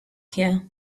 here